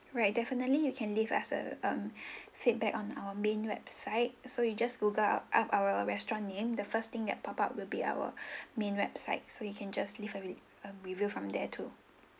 right definitely you can leave us a um feedback on our main website so you just google our up our restaurants name the first thing that pop up will be our main website so you can just leave a re~ a review from there too